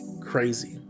crazy